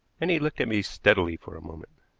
and he looked at me steadily for a moment.